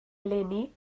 eleni